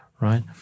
Right